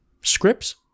Scripts